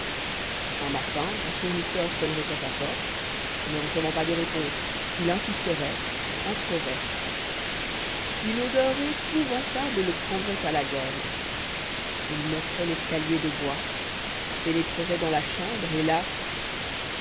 un matin un fournisseur sonnerait à sa porte ne recevant pas de réponse il insisterait entrerait une odeur épouvantable le prendrait à la gorge il monterait l'escalier de bois pénétrerait dans la chambre et là